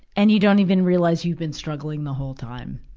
and you don't even realize you've been struggling the whole time,